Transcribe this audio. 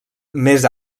més